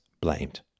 blamed